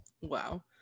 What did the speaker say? wow